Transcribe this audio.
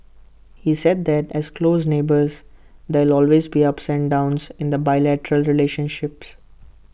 he said that as close neighbours there always be ups and downs in the bilateral relationship